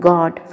God